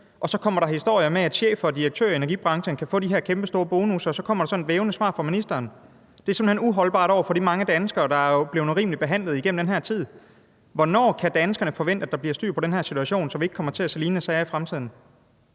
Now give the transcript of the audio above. Så kommer der historier med, at chefer og direktører i energibranchen kan få de her kæmpestore bonusser, og så kommer der sådan et vævende svar fra ministeren. Det er simpelt hen uholdbart i forhold til de mange danskere, der er blevet urimeligt behandlet igennem den her tid. Hvornår kan danskerne forvente at der bliver styr på den her situation, så vi ikke kommer til at se lignende sager i fremtiden?